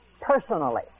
personally